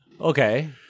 Okay